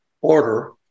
order